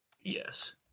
Yes